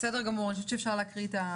בסדר גמור, אני חושבת שאפשר להקריא.